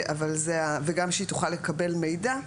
וגם שהיא תוכל לקבל מידע,